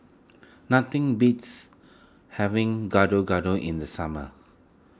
nothing beats having Gado Gado in the summer